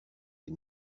les